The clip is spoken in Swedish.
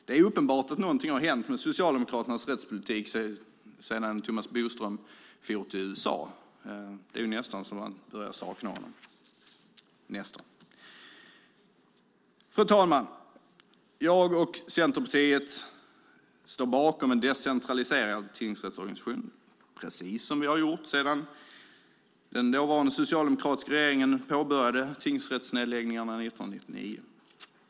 Det är uppenbart att någonting har hänt med Socialdemokraternas rättspolitik sedan Thomas Bodström for till USA. Det är nästan så att man börjar sakna honom. Fru talman! Jag och Centerpartiet står bakom en decentraliserad tingsrättsorganisation, precis som vi har gjort sedan den dåvarande socialdemokratiska regeringen påbörjade tingsrättsnedläggningarna 1999.